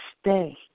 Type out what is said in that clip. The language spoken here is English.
Stay